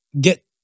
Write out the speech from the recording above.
get